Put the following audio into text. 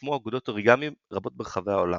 והוקמו אגודות אוריגמי רבות ברחבי העולם.